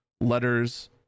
letters